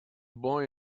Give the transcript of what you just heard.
boy